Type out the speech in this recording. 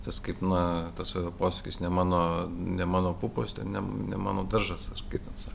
tas kaip na tasai posakis ne mano ne mano pupos ten ne ne mano daržas ar kaip ten sa